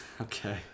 okay